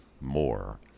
more